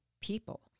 people